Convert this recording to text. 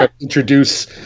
introduce